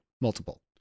multiple